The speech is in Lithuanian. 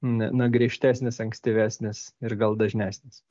na griežtesnis ankstyvesnis ir gal dažnesnis